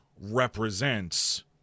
represents